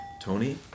Tony